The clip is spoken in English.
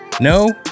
No